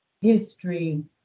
history